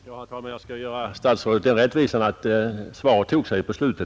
Herr talman! Jag skall göra civilministern den rättvisan att svaret tog sig på slutet.